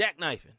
jackknifing